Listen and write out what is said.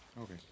Okay